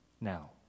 now